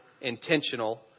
intentional